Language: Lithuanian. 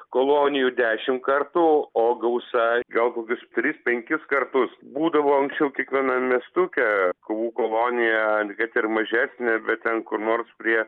kolonijų dešimt kartų o gausa gal kokius tris penkis kartus būdavo anksčiau kiekvienam miestuke kovų kolonija kad ir mažesnė bet ten kur nors prie